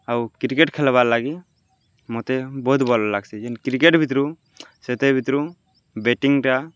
ଆଉ କ୍ରିକେଟ୍ ଖେଲ୍ବାର୍ ଲାଗି ମତେ ବହୁତ୍ ଭଲ୍ ଲାଗ୍ସି ଯେନ୍ କ୍ରିକେଟ୍ ଭିତ୍ରୁ ସେତେ ଭିତ୍ରୁ ବେଟିଂଟା